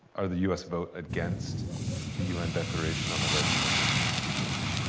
or the us vote against the un declaration on the rights of indigenous peoples.